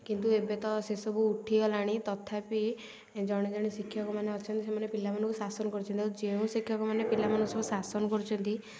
କିନ୍ତୁ ଏବେ ତ ସେସବୁ ଉଠିଗଲାଣି ତଥାପି ଜଣେ ଜଣେ ଶିକ୍ଷକମାନେ ଅଛନ୍ତି ଯେଉଁମାନେ ପିଲାମାନଙ୍କୁ ଶାସନ କରୁଛନ୍ତି ଆଉ ଯେଉଁ ଶିକ୍ଷକ ପିଲାମାନଙ୍କୁ ସବୁ ଶାସନ କରୁଛନ୍ତି